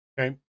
Okay